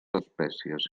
espècies